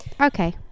Okay